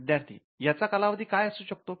विद्यार्थी याचा कालावधी काय असू शकतो